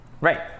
right